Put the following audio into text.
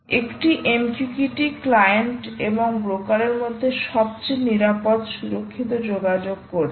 একটি MQTT client এবং ব্রোকারের মধ্যে সবচেয়ে নিরাপদ সুরক্ষিত যোগাযোগ করতে